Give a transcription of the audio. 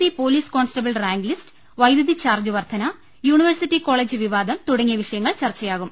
C police constable rank list വൈദ്യുതി charge വർധന university college വിവാദം തുടങ്ങി യ വിഷയങ്ങൾ ചർച്ചയാകും